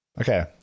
Okay